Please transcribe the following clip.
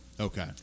okay